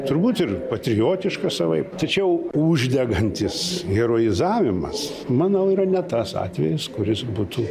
turbūt ir patriotiška savaip tačiau uždegantis ironizavimas manau yra ne tas atvejis kuris būtų